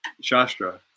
Shastra